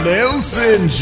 Nelson